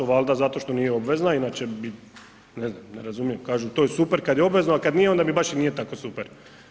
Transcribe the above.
Valjda zato što nije obvezna inače bi, ne znam, ne razumijem, to je super kada je obvezno ali kada nije onda mi baš i nije tako super.